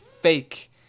fake